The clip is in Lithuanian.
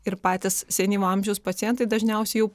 ir patys senyvo amžiaus pacientai dažniausiai jau